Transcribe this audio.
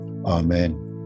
Amen